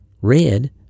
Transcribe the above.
Red